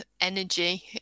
energy